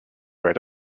right